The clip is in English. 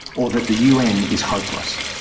or that the un is hopeless.